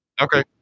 Okay